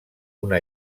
una